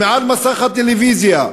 ומעל מסך הטלוויזיה,